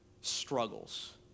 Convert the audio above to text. struggles